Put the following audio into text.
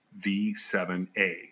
V7A